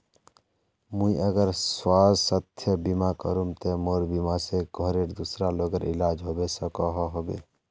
मुई अगर स्वास्थ्य बीमा करूम ते मोर बीमा से घोरेर दूसरा लोगेर इलाज होबे सकोहो होबे?